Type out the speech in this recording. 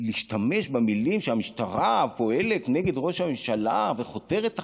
להשתמש במילים שהמשטרה פועלת נגד ראש הממשלה וחותרת תחתיו,